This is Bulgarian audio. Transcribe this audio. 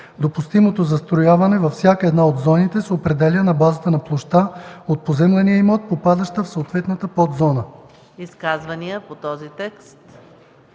Допустимото застрояване във всяка една от зоните се определя на базата на площта от поземления имот, попадаща в съответната подзона.”